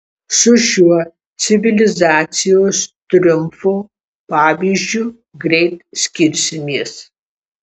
su šiuo civilizacijos triumfo pavyzdžiu greit skirsimės